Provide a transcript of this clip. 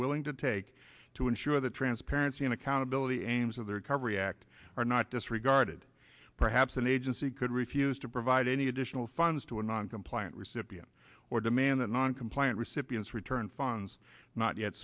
willing to take to insure the transparency and accountability aims of the recovery act are not disregarded perhaps an agency could refuse to provide any additional funds to a non compliant recipient or demand that non compliant recipients return funds not yet